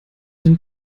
den